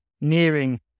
nearing